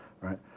right